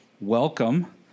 Welcome